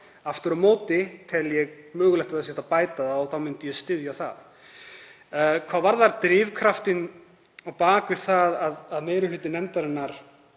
Aftur á móti tel ég mögulegt að hægt sé að bæta það og þá myndi ég styðja það. Hvað varðar drifkraftinn á bak við það að meiri hluti nefndarinnar